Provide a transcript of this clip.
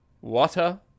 Water